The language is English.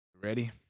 ready